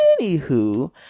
anywho